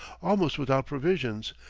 almost without provisions,